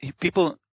people –